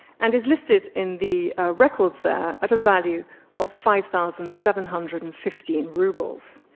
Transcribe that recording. and is listed in the records there at a value of five thousand seven hundred and fifteen rubles.